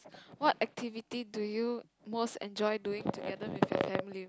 what activity do you most enjoy doing together with your family